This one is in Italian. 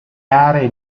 aree